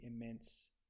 immense